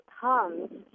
comes